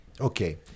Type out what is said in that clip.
Okay